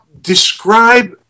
describe